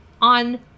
on